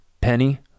Penny